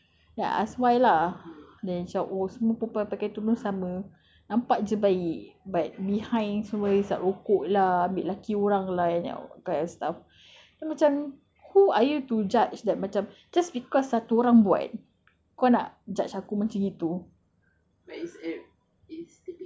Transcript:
aku tak suka ah perempuan pakai tudung then I asked why lah then dia macam oh semua perempuan pakai tudung semua sama nampak jer baik but behind semua hisap rokok lah ambil laki orang lah I macam who are you to judge like macam just because satu orang buat kau nak judge aku macam itu